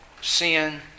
sin